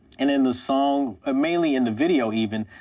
and in the song ah mainly in the video, even,